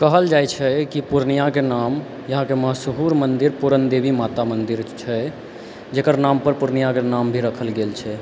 कहल जाइ छै कि पूर्णियाके नाम यहाँके मशहूर मन्दिर पूरन देवी माता मन्दिर छै जकर नामपर पूर्णियाके नाम भी रखल गेल छै